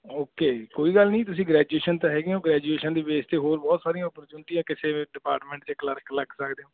okay ਕੋਈ ਗੱਲ ਨਹੀਂ ਤੁਸੀਂ ਗ੍ਰੈਜੂਏਸ਼ਨ ਤਾਂ ਹੈਗੇ ਹੋ ਗ੍ਰੈਜੂਏਸ਼ਨ ਦੇ ਬੇਸ 'ਤੇ ਹੋਰ ਬਹੁਤ ਸਾਰੀਆਂ ਓਪਰਚੁਨਟੀਆਂ ਕਿਸੇ ਡਿਪਾਰਟਮੈਂਟ 'ਤੇ ਕਲਰਕ ਲੱਗ ਸਕਦੇ ਹੋ